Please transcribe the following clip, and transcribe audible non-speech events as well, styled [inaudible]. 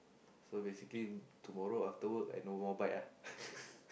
so basically tomorrow after work I no more bike ah [laughs]